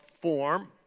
form